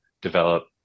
develop